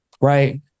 right